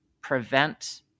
prevent